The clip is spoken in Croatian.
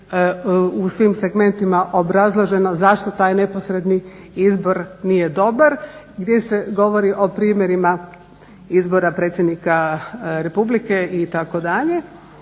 u svim segmentima obrazloženo zašto taj neposredni izbor nije dobar gdje se govori o primjerima izbora predsjednika Republike itd.